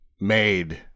made